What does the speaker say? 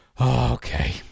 okay